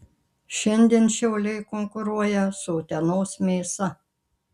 šiandien šiauliai konkuruoja su utenos mėsa